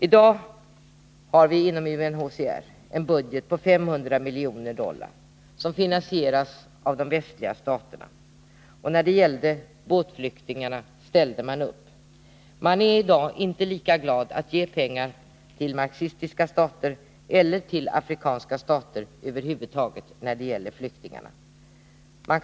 I dag har vi inom UNHCR en budget på 500 miljoner dollar, som finansieras av de ledande väststaterna, och när det gällde båtflyktingarna ställde man upp. Man är i dag inte lika glad åt att ge stöd till marxistiska stater eller till afrikanska stater över huvud taget när det gäller flyktingbiståndet.